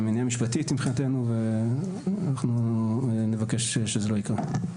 משפטית מבחינתנו ואנחנו נבקש שזה לא יקרה.